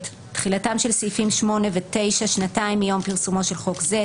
(ב)תחילתם של סעיפים 8 ו-9 שנתיים מיום פרסומו של חוק זה,